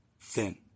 thin